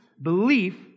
Belief